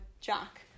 Jack